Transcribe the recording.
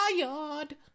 tired